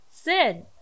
Sin